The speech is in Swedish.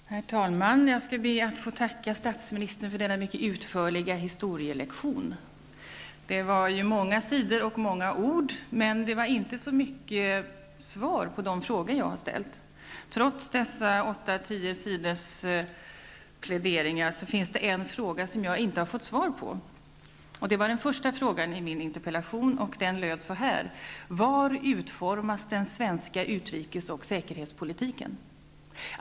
Herr talman! Jag ber att få tacka statsministern för denna mycket utförliga historielektion. Det var många sidor och många ord, men det gav inte så mycket svar på de frågor jag ställt. Trots dessa nästan tio sidors pläderingar finns det en fråga som jag inte har fått svar på, och det var den första frågan i min interpellation. Den löd så här: Var utformas den svenska utrikes och säkerhetspolitiken?